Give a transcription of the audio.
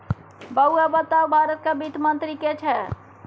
बौआ बताउ भारतक वित्त मंत्री के छै?